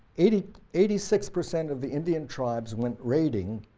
eighty eighty six percent of the indian tribes went raiding